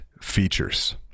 features